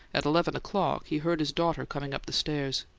at eleven o'clock, he heard his daughter coming up the stairs.